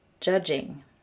judging